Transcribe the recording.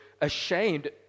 ashamed